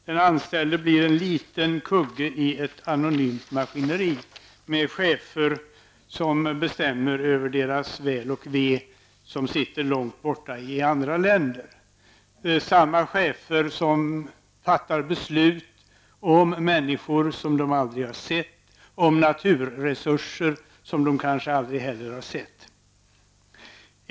Den anställde blir en liten kugge i ett anonymt maskineri med chefer som sitter långt borta i andra länder och bestämmer över deras väl och ve. Cheferna fattar beslut om människor som de aldrig har sett och om naturresurser som de kanske heller aldrig har sett.